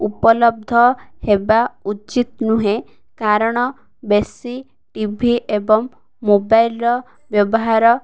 ଉପଲବ୍ଧ ହେବା ଉଚିତ ନୁହେଁ କାରଣ ବେଶୀ ଟି ଭି ଏବଂ ମୋବାଇଲର ବ୍ୟବହାର